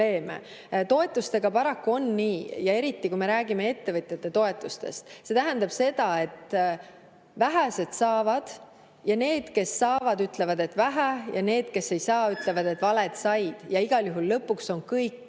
Toetustega paraku nii on. Eriti kui me räägime ettevõtjate toetustest, siis see tähendab seda, et vähesed saavad ja need, kes saavad, ütlevad, et vähe, ja need, kes ei saa, ütlevad, et valed said, ja igal juhul on lõpuks kõik